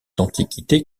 antiquités